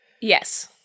Yes